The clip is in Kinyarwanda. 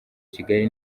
kigali